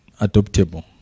adoptable